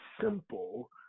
simple